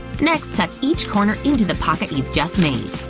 next, tuck each corner into the pocket you've just made.